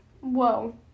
Whoa